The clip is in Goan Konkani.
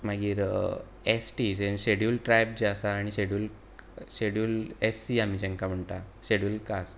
मागीर एस टी शेड्यूल ट्रायब जे आसा आनी शेड्यूल शेड्यूल एस सी आमी जेंका म्हणटा शेड्यूल कास्ट